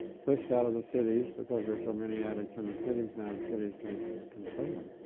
pushed out of the cities, because there's so many addicts in the cities now, the cities can't control them.